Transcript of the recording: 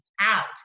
out